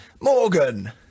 morgan